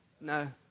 No